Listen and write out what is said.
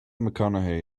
mcconaughey